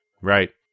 Right